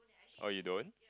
oh you don't